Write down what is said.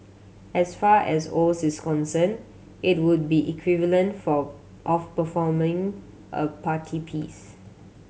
as far as Oz is concerned it would be equivalent for of performing a party piece